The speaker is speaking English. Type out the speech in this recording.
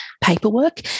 paperwork